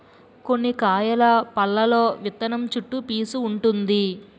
కొన్ని కాయల పల్లులో విత్తనం చుట్టూ పీసూ వుంటుంది